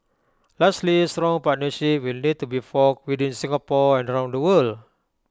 lastly strong partnerships will need to be forged within Singapore and around the world